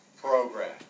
program